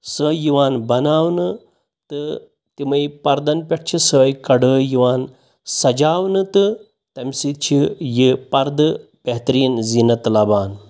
سۄے یِوان باناونہٕ تہٕ تِمَے پردَن پٮ۪ٹھ چھِ سۄے کڈٲے یِوان سجاونہٕ تہٕ تَمہِ سۭتۍ چھِ یہِ پردٕ بہتریٖن زیٖنَت لبان